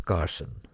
Carson